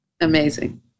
Amazing